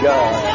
God